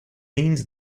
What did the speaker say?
means